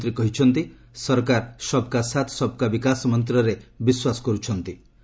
ପ୍ରଧାନମନ୍ତ୍ରୀ କହିଛନ୍ତି ସରକାର ସବ୍କା ସାଥ୍ ସବ୍କା ବିକାଶ ମନ୍ତରେ ବିଶ୍ୱାସ କରୁଛନ୍ତି